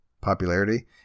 popularity